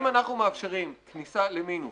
אם אנחנו מאפשרים כניסה למינוס,